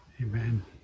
amen